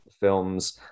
films